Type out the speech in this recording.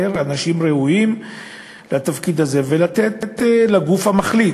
אנשים ראויים לתפקיד הזה ולתת לגוף המחליט,